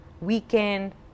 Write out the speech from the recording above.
weekend